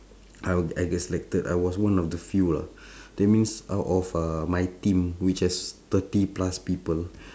I'll I get selected I was one of the few lah that means out of uh my team which has thirty plus people